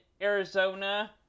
Arizona